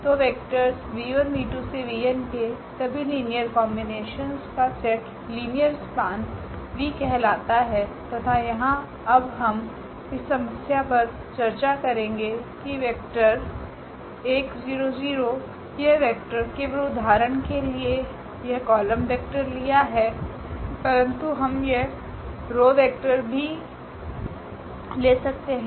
तो वेक्टर्स 𝑣1𝑣2𝑣𝑛के सभी लीनियर कोम्बिनेशंस का सेट लीनियर स्पान v कहलाता है तथा यहाँ अब हम इस समस्या पर चर्चा करेगे है कि वेक्टर 1 0 0𝑇 यह वेक्टर केवल उदाहरण के लिए कि यह कॉलम वेक्टर लिया है परंतु हम यह रो वेक्टर से भी कर सकते हैं